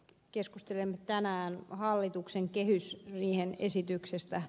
keskustelemme tänään hallituksen kehysriihen esityksestä